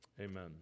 Amen